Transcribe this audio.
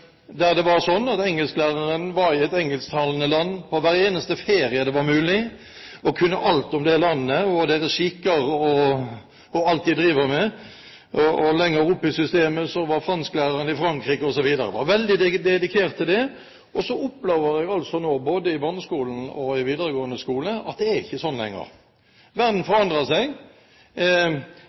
Engelsklæreren var i et engelsktalende land i hver eneste ferie hvis det var mulig, og kunne alt om det landet, dets skikker og alt de driver med der. Lenger oppe i systemet var fransklæreren i Frankrike, osv. – var veldig dedikert til det – og så opplever jeg altså nå, både i barneskolen og i videregående skole, at det er ikke slik lenger. Verden forandrer seg.